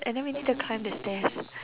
and then we need to climb the stairs